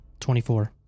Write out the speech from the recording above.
24